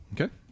Okay